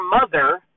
mother